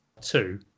two